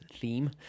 theme